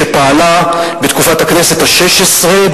שפעלה בתקופת הכנסת השש-עשרה,